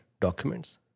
documents